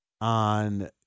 on